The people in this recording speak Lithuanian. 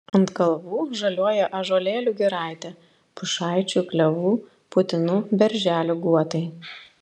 ant kalvų žaliuoja ąžuolėlių giraitė pušaičių klevų putinų berželių guotai